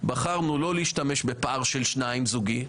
בחרנו לא להשתמש בפער של שניים זוגי.